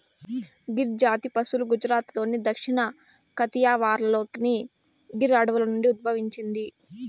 గిర్ జాతి పసులు గుజరాత్లోని దక్షిణ కతియావార్లోని గిర్ అడవుల నుండి ఉద్భవించింది